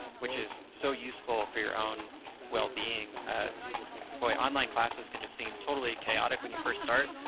which is so useful for your own well-being. boy, online classes can just seem totally chaotic when you first start.